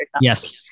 yes